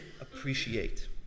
appreciate